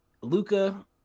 Luca